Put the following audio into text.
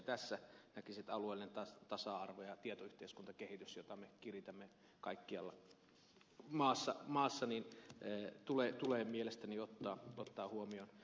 tässä näkisin että alueellinen tasa arvo ja tietoyhteiskuntakehitys jota me kiritämme kaikkialla maassa tulee mielestäni ottaa huomioon